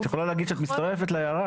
את יכולה להגיד שאת מצטרפת להערה,